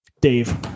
Dave